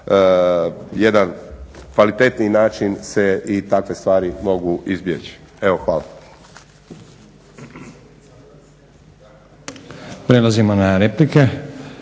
jedan kvalitetni način se i takve stvari mogu izbjeći. Evo hvala.